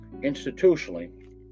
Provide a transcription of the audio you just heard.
institutionally